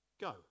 Go